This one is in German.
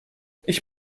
ich